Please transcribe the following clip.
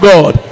God